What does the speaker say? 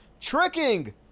tricking